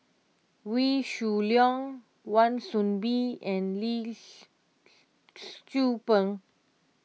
Wee Shoo Leong Wan Soon Bee and Lee Tzu Pheng